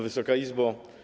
Wysoka Izbo!